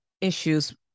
issues